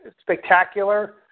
spectacular